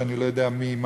שאני לא יודע מי,